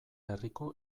herriko